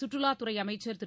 சுற்றுலாத் துறை அமைச்சர் திரு